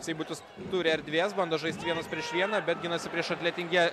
seibutis turi erdvės bando žaisti vienas prieš vieną bet ginasi prieš atletinge